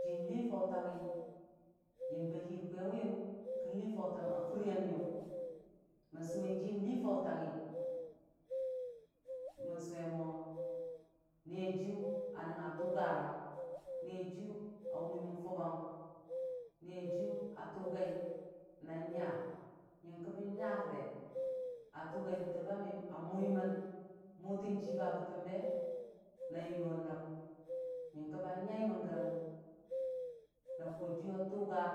Jii lii fautangnga yəmba hii kwaiwiyəm kən lii fautang a furə yamiyʊ mən suwe jii hii fautang nga mən suwe mo, Niiyajiiyʊ a nɨnga tugarana Nii yajiiyʊ a wʊmi mən fʊʊ Nii yajii yʊ a mʊgai nan nya nyəkə bən nya gəre a tʊn bətəm bamiyəm a mʊwimən mʊtən jiba a bətəmbe na yʊlo nəb nyəkə ba nyə mər gərə na kajiiyʊ a tʊga.